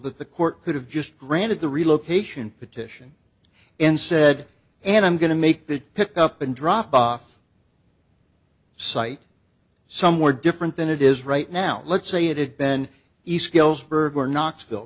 that the court could have just granted the relocation petition and said and i'm going to make the pick up and drop off site somewhere different than it is right now let's say it had been east galesburg or knoxville